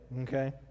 okay